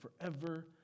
forever